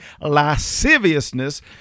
lasciviousness